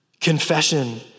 Confession